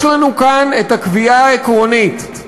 יש לנו כאן את הקביעה העקרונית: